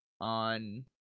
on